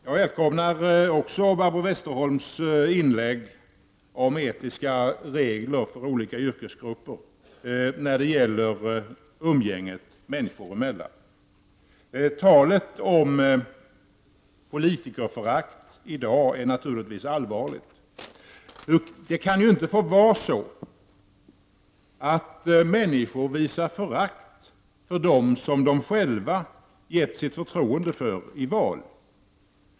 Jag välkomnar också Barbro Westerholms inlägg om etiska regler för olika yrkesgrupper när det gäller umgänget människor emellan. Dagens tal om politikerförakt är naturligtvis någonting allvarligt. Det kan ju inte få vara så, att människor visar förakt för dem som de själva i val har gett sitt förtroende.